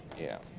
yeah.